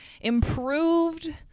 improved